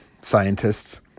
scientists